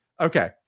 Okay